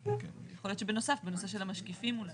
יכול להיות שבנוסף, בנושאים של המשקיפים אולי.